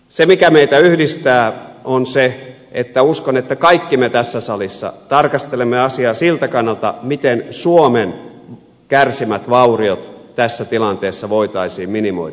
se mikä meitä yhdistää on se että uskon että kaikki me tässä salissa tarkastelemme asiaa siltä kannalta miten suomen kärsimät vauriot tässä tilanteessa voitaisiin minimoida